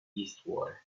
eastward